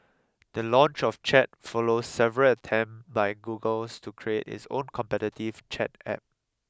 the launch of chat follows several attempt by Googles to create its own competitive chat App